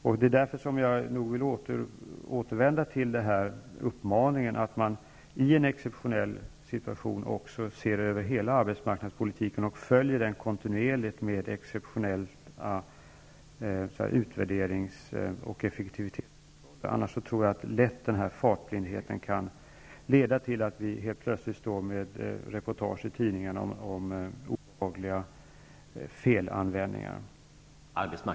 Jag vill därför återvända till uppmaningen att i en exceptionell situation se över hela arbetsmarknadspolitiken och kontinuerligt följa den med exceptionella utvärderingsinsatser och effektivitetskontroller -- annars tror jag att fartblindheten lätt kan leda till att vi helt plötsligt får läsa reportage i tidningarna om obehagliga felanvändningar.